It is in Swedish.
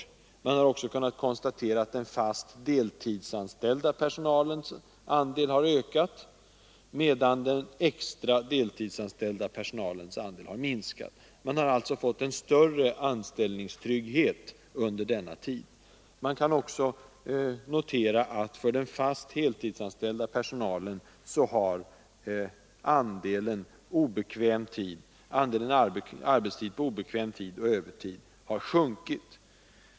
Detsamma är förhållandet med den fast deltidsanställda personalens andel, medan den extra deltidsanställda personalens andel har minskat. Man har alltså fått större anställningstrygghet under denna tid. Vidare kan noteras att för den fast heltidsanställda personalen har andelen arbete på obekväm tid och övertid sjunkit.